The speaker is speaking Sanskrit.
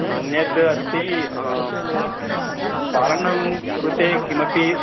अन्यद् अस्ति बालानां कृते किमपि